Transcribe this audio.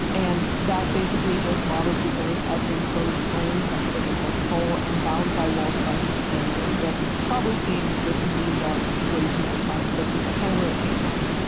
and that basically just models the earth as an enclosed plane centered at the north pole and bound by walls of ice at the perimeter. you guys have probably seen this memed on way too many times, but this is kinda where it came from.